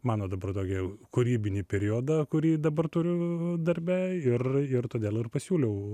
mano dabar tokį jau kūrybinį periodą kurį dabar turiu darbe ir ir todėl ir pasiūliau